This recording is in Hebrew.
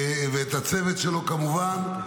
ואת הצוות שלו כמובן,